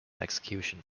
execution